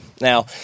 Now